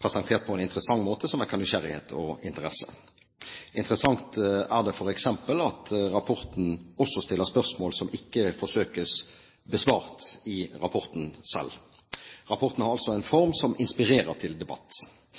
presentert på en interessant måte som vekker nysgjerrighet og interesse. Interessant er det f.eks. at rapporten også stiller spørsmål som ikke forsøkes besvart i rapporten selv. Rapporten har altså en form som inspirerer til debatt,